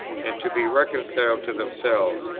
and to be reconciled to themselves,